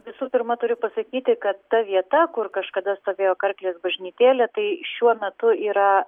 visų pirma turiu pasakyti kad ta vieta kur kažkada stovėjo karklės bažnytėlė tai šiuo metu yra